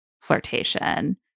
flirtation